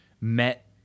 met